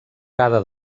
cada